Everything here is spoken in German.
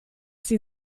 sie